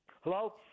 Hello